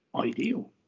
ideal